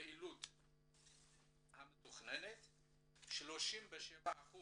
הפעילות המתוכננת, 37%